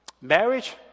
Marriage